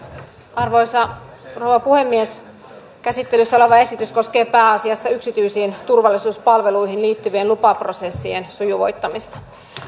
arvoisa rouva puhemies käsittelyssä oleva esitys koskee pääasiassa yksityisiin turvallisuuspalveluihin liittyvien lupaprosessien sujuvoittamista